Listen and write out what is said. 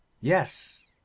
yes